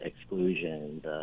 exclusion